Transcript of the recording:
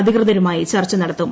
അധികൃതരുമായി ചർച്ച നടത്തും